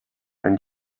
and